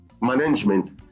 management